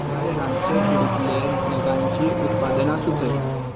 कांय रांदचे कुडींतले नगांचीं उत्पादनां सुचय